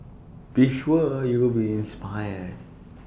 be sure you'll be inspired